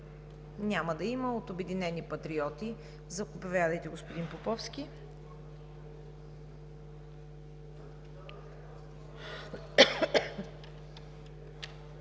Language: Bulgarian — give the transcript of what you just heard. Няма да има. От „Обединените патриоти“? Заповядайте, господин Поповски.